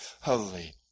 holy